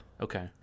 Okay